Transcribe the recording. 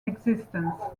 existence